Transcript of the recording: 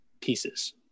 pieces